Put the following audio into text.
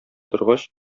торгач